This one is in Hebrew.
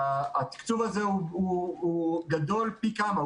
והתקצוב הזה הוא גדול פי כמה,